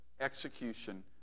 execution